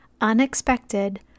unexpected